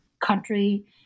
country